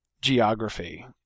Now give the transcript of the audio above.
geography